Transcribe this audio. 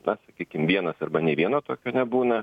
na sakykim vienas arba nei vieno tokio nebūna